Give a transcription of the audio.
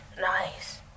Nice